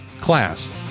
Class